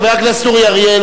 חבר הכנסת אורי אריאל,